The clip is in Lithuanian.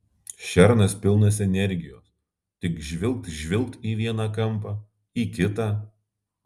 šernas pilnas energijos tik žvilgt žvilgt į vieną kampą į kitą